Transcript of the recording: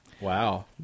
Wow